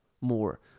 more